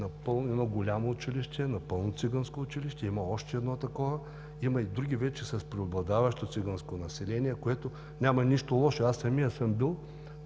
имаме голямо, напълно циганско училище. Има още едно такова, има и други с преобладаващо циганско население, в което няма нищо лошо. Аз самият съм бил